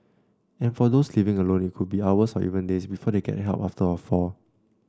and for those living alone it could be hours or even days before they get help after a fall